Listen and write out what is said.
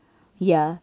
ya